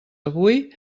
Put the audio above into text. avui